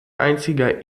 einziger